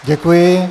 Děkuji.